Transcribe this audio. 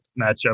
matchup